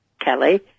Kelly